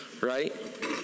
Right